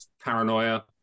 paranoia